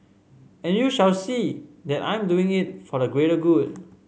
and you shall see that I'm doing it for the greater good